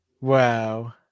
Wow